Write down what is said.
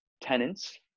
tenants